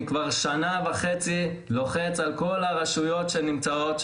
אני כבר שנה וחצי לוחץ על כל הרשויות שנמצאות,